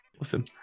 awesome